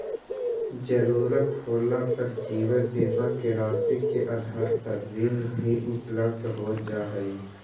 ज़रूरत होला पर जीवन बीमा के राशि के आधार पर ऋण भी उपलब्ध हो जा हई